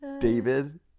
David